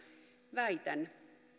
väitän